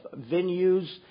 venues